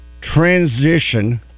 transition